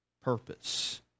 purpose